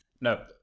No